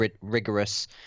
rigorous